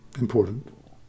important